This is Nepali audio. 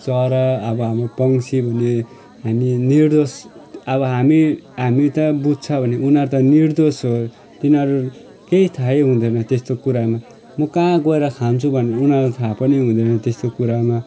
छ चरा अब हाम्रो पक्षी भने निर्दोष अब हामी हामी त बुज्छ भने उनीहरू त निर्दोष हो तिनीहरू केही थाहै हुँदैन त्यस्तो कुरामा म कहाँ गएर खान्छु भन्ने उनीहरूलाई थाह पनि हुँदैन त्यस्तो कुरामा